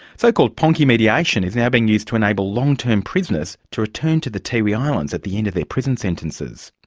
so-called ponki mediation is now being used to enable long-term prisoners to return to the tiwi islands at the end of their prison sentences.